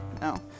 No